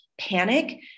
Panic